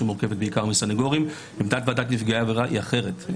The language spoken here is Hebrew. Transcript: שמורכבת בעיקר מסנגורים עמדת ועדת נפגעי עבירה היא אחרת.